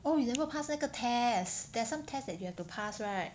oh you never pass 那个 test there are some test that you have to pass right